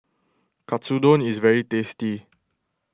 Katsudon is very tasty